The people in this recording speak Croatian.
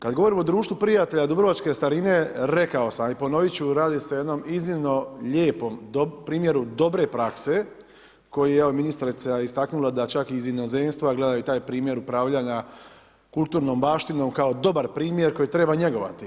Kada govorimo o društvu prijatelja dubrovačke starine, rekao sam i ponoviti ću, radi se o jednom iznimno lijepom primjeru dobre prakse, koje je ministrica istaknula, da čak iz inozemstva, gledaju taj primjer upravljanja kulturnom baštinom, kao dobar primjer koji treba njegovati.